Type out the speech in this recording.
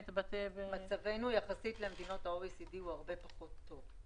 מצבנו יחסית למדינות ה-OECD הוא הרבה פחות טוב.